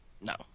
No